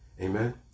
Amen